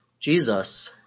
Jesus